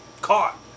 caught